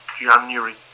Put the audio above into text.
January